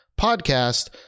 podcast